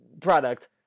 product